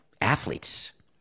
athletes